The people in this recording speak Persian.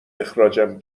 اخراجم